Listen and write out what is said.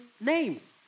names